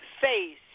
face